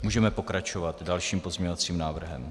Můžeme pokračovat dalším pozměňovacím návrhem.